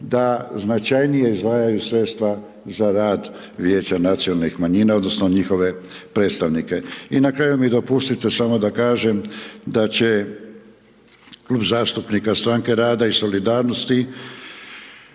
da značajnije izdvajaju sredstva za rad Vijeća nacionalnih manjina odnosno njihove predstavnike. I na kraju mi dopustite samo da kažem da će Klub zastupnika Stranke rada i solidarnosti